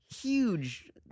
Huge